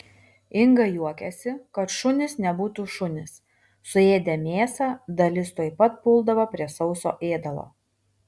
inga juokiasi kad šunys nebūtų šunys suėdę mėsą dalis tuoj pat puldavo prie sauso ėdalo